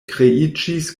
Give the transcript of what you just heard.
kreiĝis